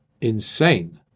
insane